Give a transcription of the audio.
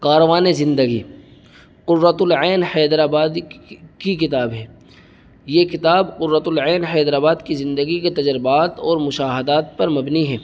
کاروان زندگی قرۃ العین حیدر آبادی کی کتاب ہے یہ کتاب قرۃ العین حیدر آباد کی زندگی کے تجربات اور مشاہدات پر مبنی ہیں